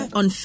on